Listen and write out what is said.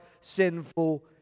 sinful